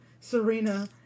Serena